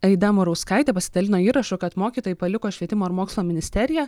aida murauskaitė pasidalino įrašu kad mokytojai paliko švietimo ir mokslo ministeriją